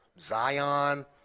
Zion